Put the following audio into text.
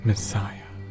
Messiah